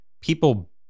people